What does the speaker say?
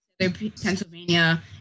Pennsylvania